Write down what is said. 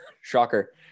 Shocker